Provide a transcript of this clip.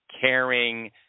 Caring